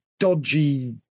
dodgy